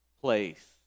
place